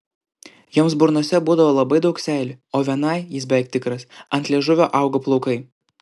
joms burnose būdavo labai daug seilių o vienai jis beveik tikras ant liežuvio augo plaukai